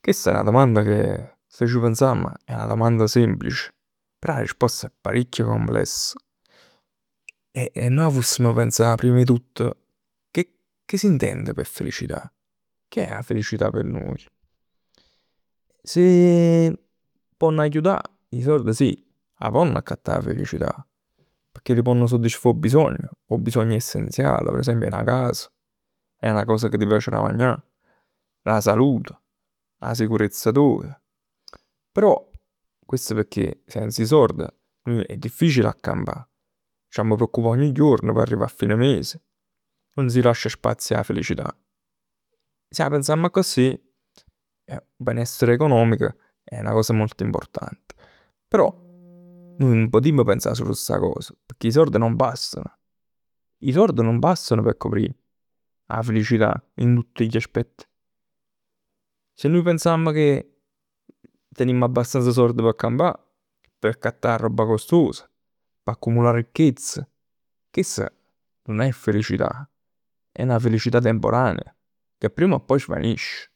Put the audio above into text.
Chest è 'na domanda che se ci pensamm è 'na domanda semplice, però 'a risposta è parecchio complessa. E nuje avessim pensà prima 'e tutto, che s'intende p' felicità? Che è 'a felicità p' nuje? Se ponn' aiutà 'e sord sì, 'a ponn' accattà 'a felicità. Pecchè t' ponn soddisfà 'o bisogno, 'o bisogno essenziale. Per esempio 'na casa, è 'na cosa ca t' piace da magnà, 'a salute, 'a sicurezza toja. Però questo pecchè? Senza 'e sord è difficile a campà. C'amma preoccupà ogni juorno p' arrivà a fine mese. Nun si lascia spazio 'a felicità. Se 'a pensamm accussì, 'o benessere economico è 'na cosa molto importante, però nun putimm pensà sul 'a sta cosa, pecchè 'e sord nun bastan. 'E sord nun bastano p' coprì 'a felicità in tutti gli aspetti. Si nuje pensamm che tenimm abbastanza sord p' campà. P' accattà 'a roba costosa. P' accumulà 'a ricchezza. Chest nun è felicità. È na felicità temporanea che prima o poi svanisce.